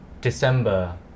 December